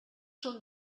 són